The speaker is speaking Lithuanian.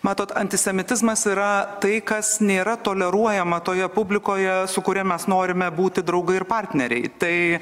matot antisemitizmas yra tai kas nėra toleruojama toje publikoje su kuria mes norime būti draugai ir partneriai tai